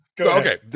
Okay